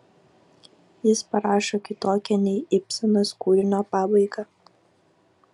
jis parašo kitokią nei ibsenas kūrinio pabaigą